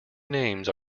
names